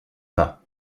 pas